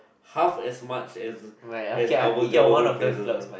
half as much as as our government pay also